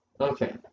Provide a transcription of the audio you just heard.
okay